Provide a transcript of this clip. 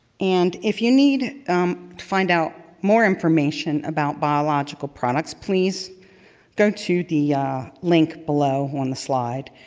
and if you need to find out more information about biological products, please go to the yeah link below on the slide,